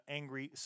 angry